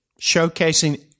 showcasing